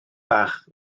bach